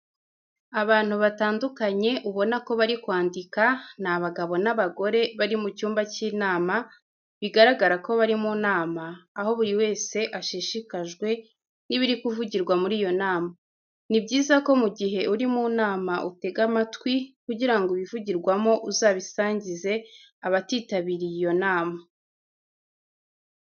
Abantu batandukanye ubona ko bari kwandika, ni abagabo n'abagore bari mu cyumba cy'inama bigaragara ko bari mu nama, aho buri wese ashishikajwe n'ibiri kuvugirwa muri iyo nama. Ni byiza ko mu gihe uri mu nama utega amatwi, kugira ngo ibivugirwamo uzabisangize abatitabiriye iyo nama.